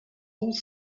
all